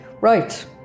right